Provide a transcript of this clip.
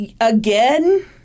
again